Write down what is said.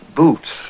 boots